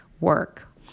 work